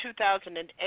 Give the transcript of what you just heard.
2008